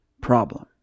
problem